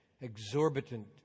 exorbitant